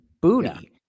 booty